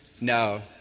No